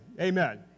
Amen